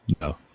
No